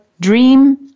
Dream